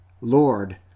Lord